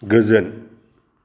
गोजोन